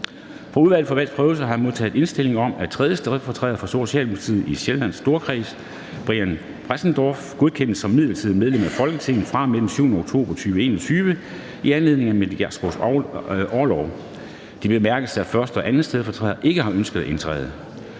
Fra Udvalget til Valgs Prøvelse har jeg modtaget indstilling om, at 3. stedfortræder for Socialdemokratiet i Sjællands Storkreds, Brian Bressendorff, godkendes som midlertidigt medlem af Folketinget fra og med den 7. oktober 2021 i anledning af Mette Gjerskovs orlov. Det bemærkes, at 1. og 2. stedfortræder ikke har ønsket at indtræde.